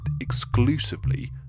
exclusively